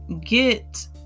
get